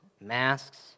masks